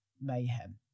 mayhem